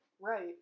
Right